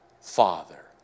Father